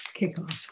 kickoff